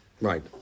right